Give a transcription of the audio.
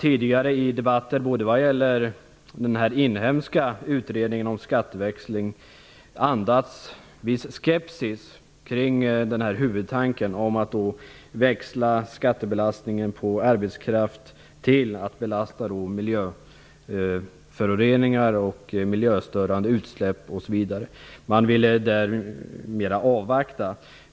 Tidigare i debatten, exempelvis när det gäller den inhemska utredningen om skatteväxling, har det andats en viss skepsis kring huvudtanken; att växla skattebelastningen från arbetskraft till miljöföroreningar, miljöstörande utsläpp osv. Där ville man avvakta.